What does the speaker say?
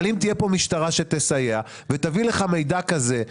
אבל אם תהיה פה משטרה שתסייע ותביא לך מידע כזה,